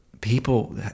people